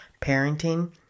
parenting